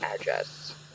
address